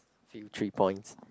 few three points